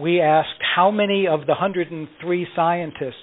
we asked how many of the one hundred and three scientists